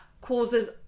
causes